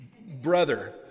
brother